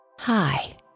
Hi